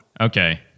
Okay